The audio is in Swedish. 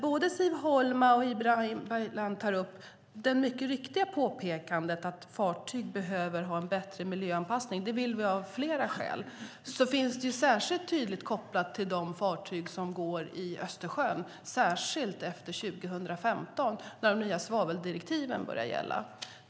Både Siv Holma och Ibrahim Baylan gör det mycket riktiga påpekandet att fartyg behöver ha en bättre miljöanpassning. Det vill vi av flera skäl. Det är tydligt kopplat till de fartyg som går i Östersjön, särskilt efter 2015 när de nya svaveldirektiven börjar gälla.